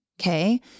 Okay